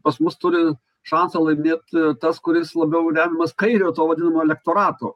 pas mus turi šansą laimėt tas kuris labiau remiamas kairio to vadinamo elektorato